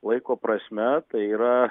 laiko prasme tai yra